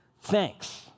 Thanks